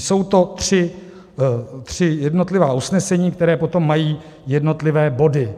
Jsou to tři jednotlivá usnesení, která potom mají jednotlivé body.